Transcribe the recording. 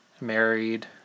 married